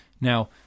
Now